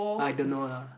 I don't know lah